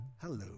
hello